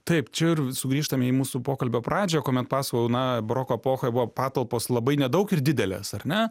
taip čia ir sugrįžtame į mūsų pokalbio pradžią kuomet pasakojau na baroko epochoj buvo patalpos labai nedaug ir didelės ar ne